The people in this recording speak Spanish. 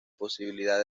posibilidad